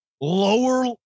lower